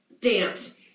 Dance